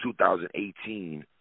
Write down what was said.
2018